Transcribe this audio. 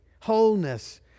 wholeness